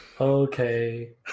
Okay